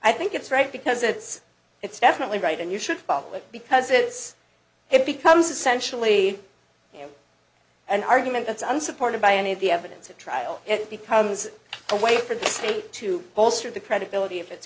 i think it's right because it's it's definitely right and you should follow it because it's it becomes essentially you know an argument that's unsupported by any of the evidence at trial it becomes a way for the state to bolster the credibility of it